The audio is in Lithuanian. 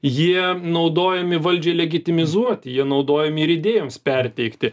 jie naudojami valdžiai legitimizuoti jie naudojami ir idėjoms perteikti